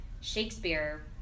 Shakespeare